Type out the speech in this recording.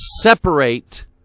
separate